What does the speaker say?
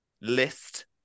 list